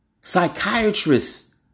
psychiatrists